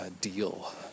deal